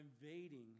invading